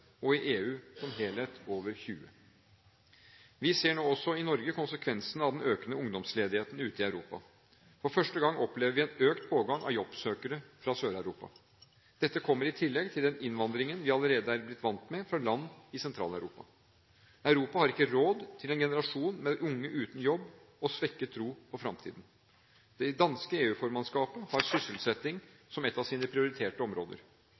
og i EU som helhet over 20 pst. Vi ser nå også i Norge konsekvensene av den økende ungdomsledigheten ute i Europa. For første gang opplever vi en økt pågang av jobbsøkere fra Sør-Europa. Dette kommer i tillegg til den innvandringen vi allerede er blitt vant med fra land i Sentral-Europa. Europa har ikke råd til en generasjon med unge uten jobb og svekket tro på fremtiden. Det danske EU-formannskapet har sysselsetting som ett av sine prioriterte områder.